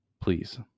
Please